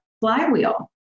flywheel